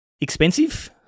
expensive